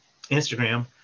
Instagram